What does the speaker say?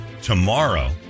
tomorrow